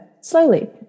slowly